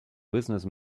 business